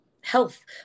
health